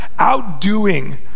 outdoing